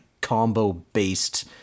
combo-based